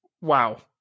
wow